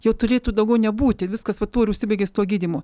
jau turėtų daugiau nebūti viskas vat tuo ir užsibaigė su tuo gydymu